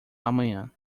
amanhã